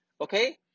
Okay